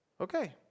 Okay